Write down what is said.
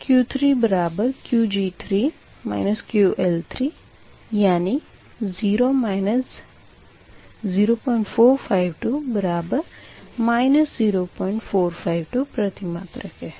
और Q3 Qg3 QL3 यानी 0 0452 बराबर 0452 प्रतिमात्रक है